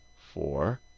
four,